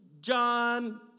John